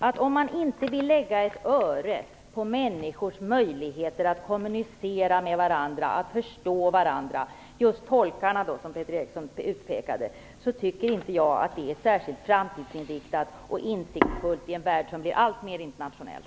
Att inte vilja lägga ett öre på människors möjligheter att kommunicera med och förstå varandra - tolkarna utpekades - tycker inte jag är särskilt framtidsinriktat och insiktsfullt i en värld som blir alltmer internationell.